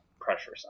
pressure